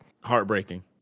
Heartbreaking